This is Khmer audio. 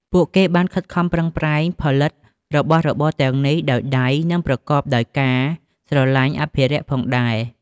ពួកគេបានខិតខំប្រឹងប្រែងផលិតរបស់របរទាំងនេះដោយដៃ និងប្រកបដោយការស្រឡាញ់អភិរក្សផងដែរ។